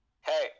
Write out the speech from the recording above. Hey